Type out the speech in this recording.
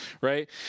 right